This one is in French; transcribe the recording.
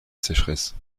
sécheresse